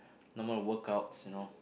normal workouts you know